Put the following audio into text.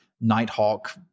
nighthawk